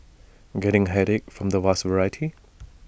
getting A headache from the vast variety